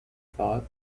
thought